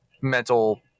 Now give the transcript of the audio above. mental